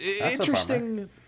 interesting